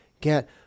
get